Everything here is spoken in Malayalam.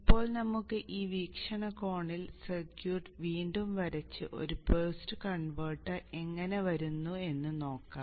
ഇപ്പോൾ നമുക്ക് ആ വീക്ഷണകോണിൽ സർക്യൂട്ട് വീണ്ടും വരച്ച് ഒരു ബൂസ്റ്റ് കൺവെർട്ടർ എങ്ങനെ വരുന്നു എന്ന് നോക്കാം